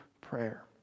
prayer